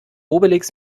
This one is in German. obelix